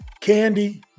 Candy